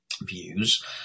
views